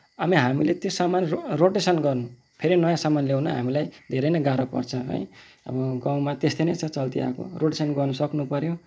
अनि हामीले त्यो सामान रो रोटेसन गर्नु फेरि नयाँ सामान ल्याउनु हामीलाई धेरै नै गाह्रो पर्छ है अँ गाउँमा त्यस्तै नै छ चल्ती अब रोटेसन गर्नु सक्नुपऱ्यो